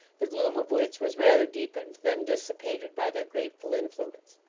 the gloom of which was rather deepened than dissipated by their grateful influence.